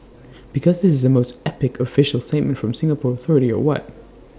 because is this the most epic official statement from A Singapore authority or what